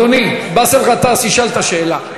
אני רק אומר, אדוני באסל גטאס ישאל את השאלה.